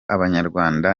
abanyarwanda